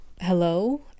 Hello